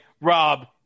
Rob